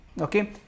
okay